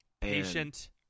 Patient